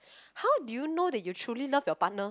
how do you know that you truly love your partner